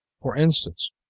for instance,